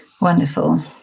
wonderful